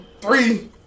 Three